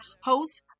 host